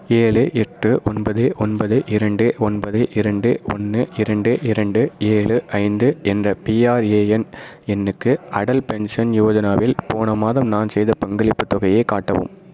ஏழு எட்டு ஒன்பது ஒன்பது இரண்டு ஒன்பது இரண்டு ஒன்று இரண்டு இரண்டு ஏழு ஐந்து என்ற பிஆர்ஏஎன் எண்ணுக்கு அடல் பென்ஷன் யோஜனாவில் போன மாதம் நான் செய்த பங்களிப்புத்தொகையை காட்டவும்